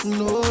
no